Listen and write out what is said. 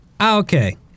okay